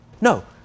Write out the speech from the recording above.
No